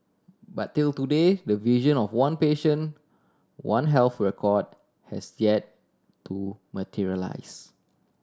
but till today the vision of one patient One Health record has yet to materialise